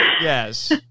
Yes